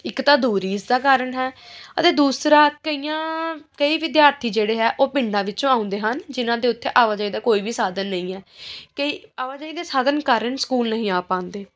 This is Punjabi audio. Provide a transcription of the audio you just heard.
ਇੱਕ ਤਾਂ ਦੂਰੀ ਇਸਦਾ ਕਾਰਣ ਹੈ ਅਤੇ ਦੂਸਰਾ ਕਈਆਂ ਕਈ ਵਿਦਿਆਰਥੀ ਜਿਹੜੇ ਹੈ ਉਹ ਪਿੰਡਾਂ ਵਿੱਚੋਂ ਆਉਂਦੇ ਹਨ ਜਿਨ੍ਹਾਂ ਦੇ ਉੱਥੇ ਆਵਾਜਾਈ ਦਾ ਕੋਈ ਵੀ ਸਾਧਨ ਨਹੀਂ ਹੈ ਕਈ ਆਵਾਜਾਈ ਦੇ ਸਾਧਨ ਕਾਰਣ ਸਕੂਲ ਨਹੀਂ ਆ ਪਾਉਂਦੇ